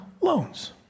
loans